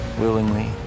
willingly